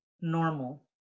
normal